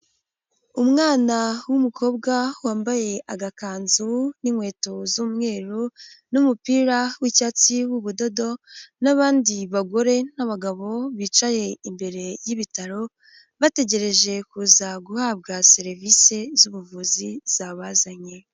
Umwana w'umukobwa wambaye agakanzu n'inkweto z'umweru n'umupira w'icyatsi w'ubudodo n'abandi bagore n'abagabo bicaye imbere y'ibitaro, bategereje kuza guhabwa serivisi z'ubuvuzi zabazanye.